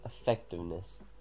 effectiveness